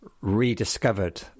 rediscovered